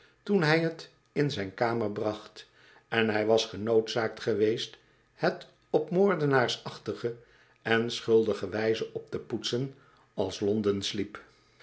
toen hij t in zijn kamer bracht en hij was genoodzaakt geweest het op moordenaarsachtige en schuldige wijze op te poetsen als londen